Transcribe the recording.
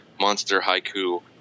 MonsterHaiku